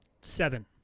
Seven